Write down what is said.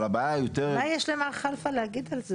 אבל הבעיה היותר - מה יש למר כלפה להגיד על זה,